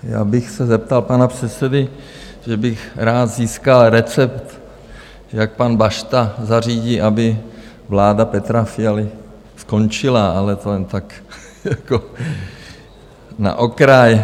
Já bych se zeptal pana předsedy, že bych rád získal recept, jak pan Bašta zařídí, aby vláda Petra Fialy skončila, ale to jen tak jako na okraj.